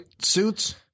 suits